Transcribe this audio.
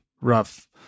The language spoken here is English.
rough